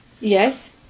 Yes